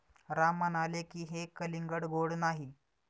राम म्हणाले की, हे कलिंगड गोड नाही